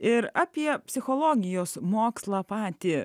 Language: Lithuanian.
ir apie psichologijos mokslą patį